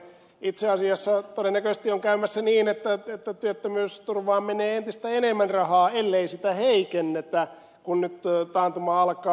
itse asiassa todennäköisesti on käymässä niin että työttömyysturvaan menee entistä enemmän rahaa ellei sitä heikennetä kun nyt taantuma alkaa